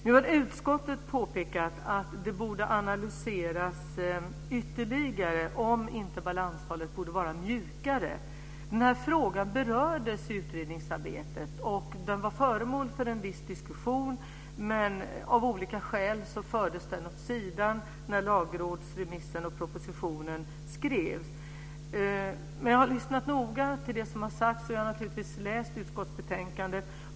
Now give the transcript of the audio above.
Nu har utskottet påpekat att det borde analyseras ytterligare om inte balanstalet borde vara mjukare. Frågan berördes i utredningsarbetet och den var föremål för en viss diskussion, men av olika skäl fördes den åt sidan när lagrådsremissen och propositionen skrevs. Jag har lyssnat noga till det som har sagts, och jag har naturligtvis läst utskottsbetänkandet.